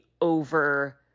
over